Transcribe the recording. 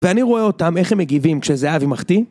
ואני רואה אותם איך הם מגיבים כשזהבי מחטיא